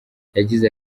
yagize